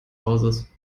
hauses